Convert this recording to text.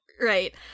right